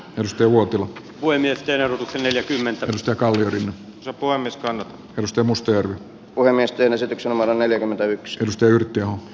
ruutel puhemies eero neljäkymmentältä kauden alkua mistään pysty muster puhemiesten esityksen omalla neljäkymmentäyksi ylistö yrttiaho